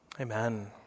amen